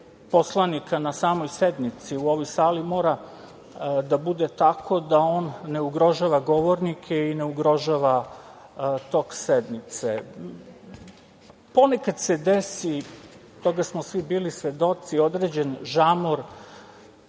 poslanika na samoj sednici u ovoj sali mora da bude tako da on ne ugoržava govornike i ne ugrožava tok sednice. Ponekad se desi, toga smo svi bili svedoci, određen žamor